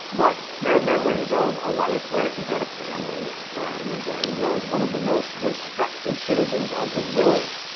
but they're memories of a life where he had a family, friends, and was one of the most respected citizens of his village.